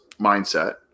mindset